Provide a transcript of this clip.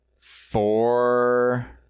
four